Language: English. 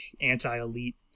anti-elite